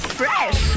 fresh